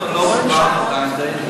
אנחנו לא קבענו עדיין,